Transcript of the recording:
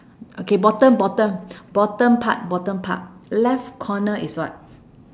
okay bottom bottom bottom part bottom part left corner is what